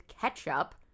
ketchup